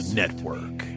network